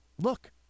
look